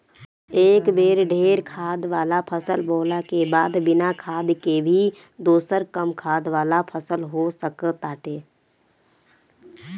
एक बेर ढेर खाद वाला फसल बोअला के बाद बिना खाद के भी दोसर कम खाद वाला फसल हो सकताटे